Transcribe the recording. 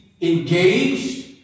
engaged